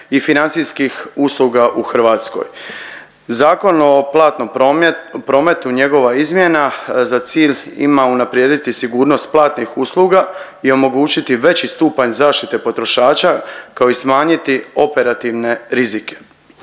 i financijskih usluga u Hrvatskoj. Zakon o platnom prometu, njegova izmjena za cilj ima unaprijediti sigurnost platnih usluga i omogućiti veći stupanj zaštite potrošača kao i smanjiti operativne rizike.